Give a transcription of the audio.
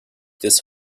des